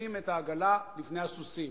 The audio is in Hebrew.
דוחפים את העגלה לפני הסוסים.